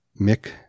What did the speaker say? Mick